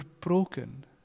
broken